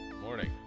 Morning